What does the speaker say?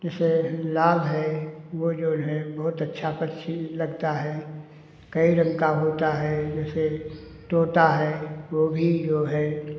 जिससे हमें लाभ है वो जऊन है वो बहुत अच्छा पक्षी लगता है कई रंग का होता है जैसे तोता है वो भी जो है